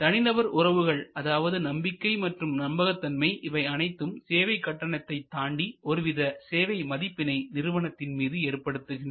தனிநபர் உறவுகள் அதாவது நம்பிக்கை மற்றும் நம்பகத்தன்மை இவை அனைத்தும் சேவை கட்டணத்தை தாண்டி ஒருவித சேவை மதிப்பினை நிறுவனத்தின் மீது ஏற்படுத்துகின்றன